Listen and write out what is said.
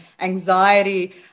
anxiety